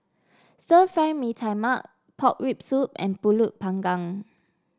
Stir Fry Mee Tai Mak Pork Rib Soup and pulut Panggang